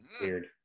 weird